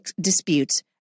disputes